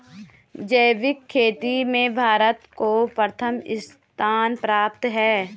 जैविक खेती में भारत को प्रथम स्थान प्राप्त है